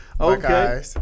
Okay